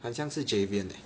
很像是 Javien leh